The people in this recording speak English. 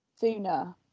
sooner